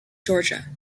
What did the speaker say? georgia